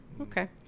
Okay